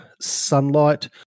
sunlight